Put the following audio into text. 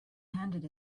handed